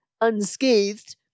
unscathed